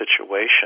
situation